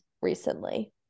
recently